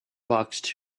box